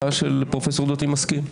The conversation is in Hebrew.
של פרופסור דותן אני מסכים,